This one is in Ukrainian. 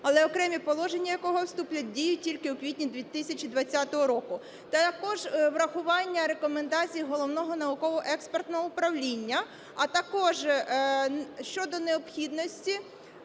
але окремі положення якого вступлять в дію тільки у квітні 2020 року. Також врахування рекомендацій Головного науково-експертного управління, а також щодо необхідності